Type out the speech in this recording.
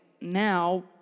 Now